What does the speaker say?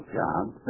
jobs